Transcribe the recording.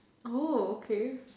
okay